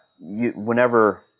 whenever